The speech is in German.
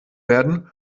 werden